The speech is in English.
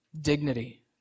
dignity